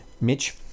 Mitch